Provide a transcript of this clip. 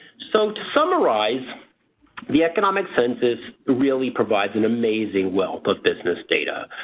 so to summarize the economic census really provides an amazing wealth of business data.